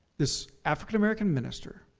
this african american minister,